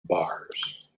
bars